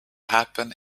happen